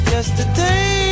Yesterday